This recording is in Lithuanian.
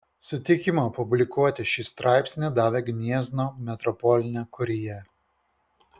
sutikimą publikuoti šį straipsnį davė gniezno metropolinė kurija